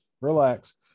Relax